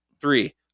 Three